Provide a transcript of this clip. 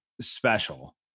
special